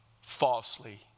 falsely